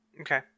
Okay